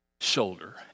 shoulder